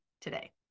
today